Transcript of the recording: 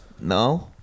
No